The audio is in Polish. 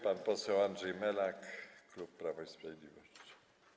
Pan poseł Andrzej Melak, klub Prawo i Sprawiedliwość.